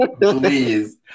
Please